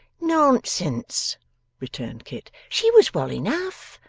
nonsense! returned kit. she was well enough,